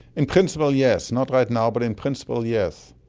in principle yes, not right now, but in principle yes.